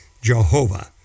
Jehovah